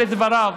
אלה דבריו.